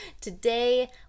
Today